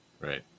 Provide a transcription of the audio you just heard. Right